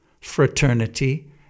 fraternity